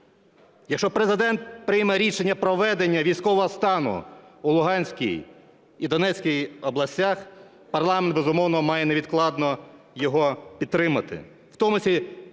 Якщо Президент прийме рішення про введення військового стану у Луганській і Донецькій областях, парламент, безумовно, має невідкладно його підтримати.